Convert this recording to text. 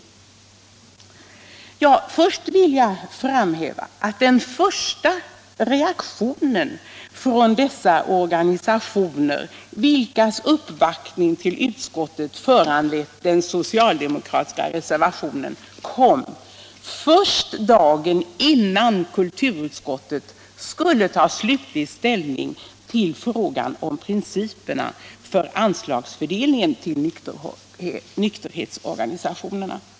Till att börja med vill jag framhäva att den första reaktionen från dessa organisationer, vilkas uppvaktning hos utskottet föranledde den socialdemokratiska reservationen, kom först dagen innan kulturutskottet skulle ta slutlig ställning till frågan om principerna för anslagsfördelningen till nykterhetsorganisationerna.